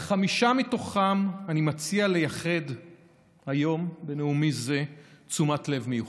לחמישה מתוכם אני מציע לייחד היום בנאומי זה תשומת לב מיוחדת.